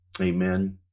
Amen